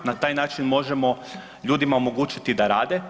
Na taj način možemo ljudima omogućiti da rade.